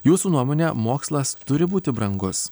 jūsų nuomone mokslas turi būti brangus